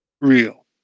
Real